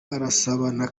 arasabana